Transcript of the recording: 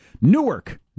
newark